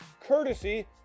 Courtesy